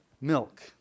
Milk